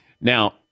Now